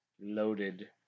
loaded